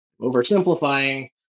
Oversimplifying